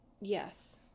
Yes